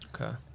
Okay